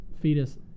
fetus